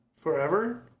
Forever